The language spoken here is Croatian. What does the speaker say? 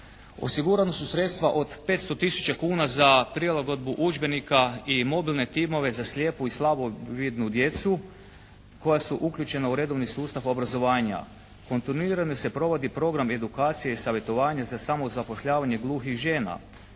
Osigurana su sredstva od 500 tisuća kuna za prilagodbu udžbenika i mobilne timove za slijepu i slabovidnu djecu koja su uključena u redovni sustav obrazovanja. Kontinuirano se provodi program edukacije i savjetovanja za samozapošljavanje gluhih žena,